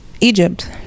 Egypt